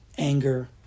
Anger